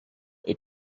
est